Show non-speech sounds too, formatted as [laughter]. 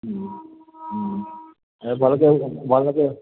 [unintelligible] ଭଲକେ [unintelligible]